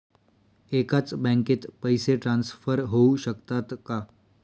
एकाच बँकेत पैसे ट्रान्सफर होऊ शकतात का?